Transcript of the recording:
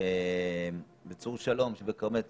בצור שלום שבכרמי צור.